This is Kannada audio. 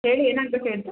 ಹೇಳಿ ಏನಾಗಬೇಕಾಗಿತ್ತು